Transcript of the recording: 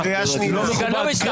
זה לא מכובד.